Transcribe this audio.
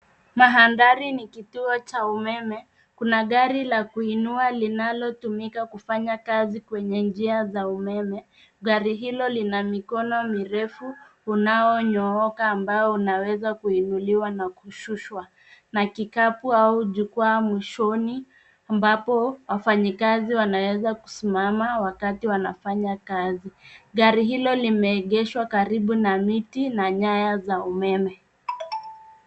Mandhari ni ya kituo cha umeme, kuna gari la kuinua linalotumika kufanya kazi kwenye njia za umeme. Gari hilo lina mikono mirefu unaonyooka, ambao unaweza kuinuliwa na kushushwa na kikapu au jukwaa mwishoni ambapo wafanyikazi wanaweza kusimama wakati wanafanya kazi. Gari hilo limeegeshwa karibu na miti na nyaya za umeme.